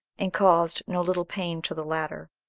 and caused no little pain to the latter.